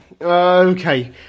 Okay